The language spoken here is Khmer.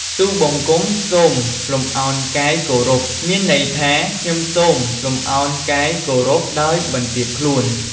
ទូលបង្គំសូមលំអោនកាយគោរព មានន័យថា "ខ្ញុំសូមលំអោនកាយគោរពដោយបន្ទាបខ្លួន"។